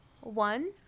One